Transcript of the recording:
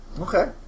Okay